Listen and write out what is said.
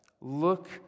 Look